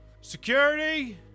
Security